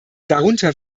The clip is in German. darunter